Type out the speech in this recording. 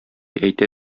әйтә